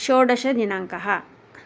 षोडशदिनाङ्कः